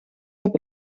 heb